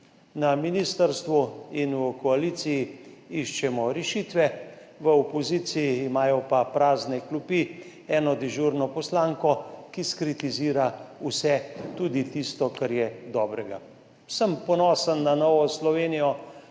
Na ministrstvu in v koaliciji iščemo rešitve, v opoziciji imajo pa prazne klopi, eno dežurno poslanko, ki skritizira vse, tudi tisto, kar je dobrega. Ponosen sem na Novo Slovenijo,